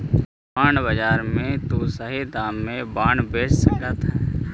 bond बाजार में तु सही दाम में बॉन्ड बेच सकऽ हे